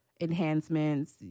enhancements